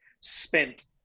spent